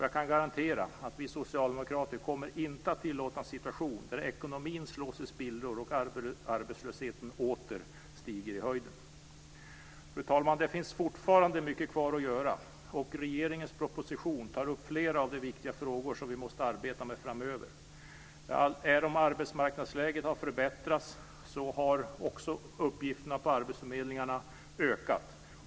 Jag kan garantera att vi socialdemokrater inte kommer att tillåta en situation där ekonomin slås i spillror och arbetslösheten åter stiger i höjden. Fru talman! Det finns fortfarande mycket kvar att göra. Regeringens proposition tar upp flera av de viktiga frågor vi måste arbeta med framöver. Även om arbetsmarknadsläget har förbättrats har också uppgifterna på arbetsförmedlingarna ökat.